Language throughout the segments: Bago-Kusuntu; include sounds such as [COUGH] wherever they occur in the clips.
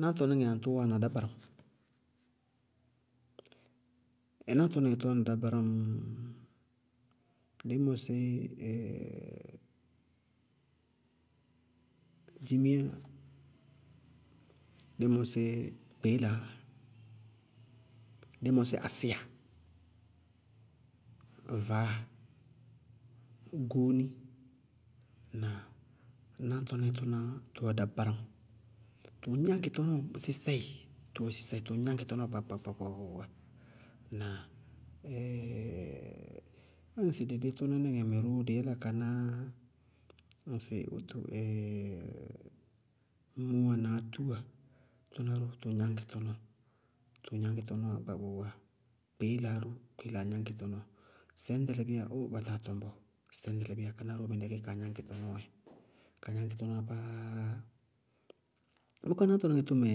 Náñtɔníŋɛ aŋtʋ wáana dabaram? Náñtɔníŋɛ tɔɔ wáana dabaram, dí mɔsɩ [HESITATION] dzimiya, dí mɔsɩ kpeélaá, dí mɔsɩ asíya, vaáa, gúúni, ŋnáa? Náñtɔníŋɛ tʋná tʋwɛ dabaram, tʋʋ gnáñkɩ tɔnɔɔ sɩsɛɩ, tʋ wɛ sɩsɛɩ, tʋʋ gnáñkɩ tɔnɔɔ wá gbaagba gbaagba gbaagba, ŋnáa? [HESITATION] ñŋsɩ dɩ lí tʋná níŋɛ mɛ ró, dɩí yála ka ná ñŋsɩ aŋtʋ [HESITATION] mʋwa na átúwa, tʋná ró, tʋʋ gnáñkɩ tɔnɔɔ, tʋʋ gnáñkɩ tɔnɔɔ wá gbaagba gbaagba, kpeélaá ró, kpeélaá gnáŋkɩ tɔnɔɔ, sɛñɖɛlɛbíya óóó ba táa tɔñ bɔɔ. Sɛñɖɛlɛbíya mɩnɛ kéé káná róó gnáŋkɩ tɔnɔɔɔ dzɛ. Kaá gnáŋkɩ tɔnɔɔɔ wá pááá. Bʋká náñtɔníŋɛ tʋmɛ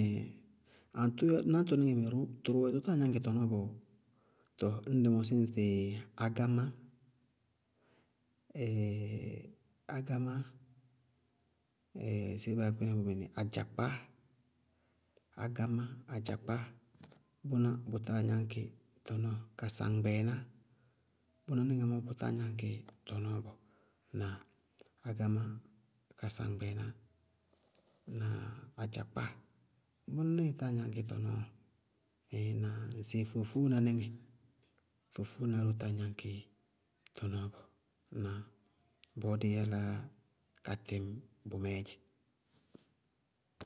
aŋtʋ yáa náñtɔnɩŋɛ mɛ ró tʋrʋwɛ sɩ tʋ táa gnáñkɩ tɔnɔɔ bɔɔɔ? Tɔɔ ñŋ dɩ mɔsí ŋsɩ ágámá, [HESITATION] ágámá, [HESITATION] sɩbééé baá yá kpínɛ bʋ mɩní? Adzakpá, ágámá, adzakpá bʋná bʋtáa gnáñkɩ tɔnɔɔ bɔɔ, kaŋgbɛɛná, bʋná níŋɛ mɔɔ bʋtáa gnáñkɩ tɔnɔɔ bɔɔ, na ágámá, kasaŋgbɛɛná na adzakpá, bʋná níŋɛ táa gnáñkɩ tɔnɔɔ bɔɔ,ŋ na ŋsɩ fofooná níŋɛ, fofooná ró táa gnáñkɩ tɔnɔɔ bɔɔ. Ŋnáa? Bɔɔ díí yálá ka tɩŋ bʋmɛɛ dzɛ.